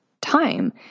time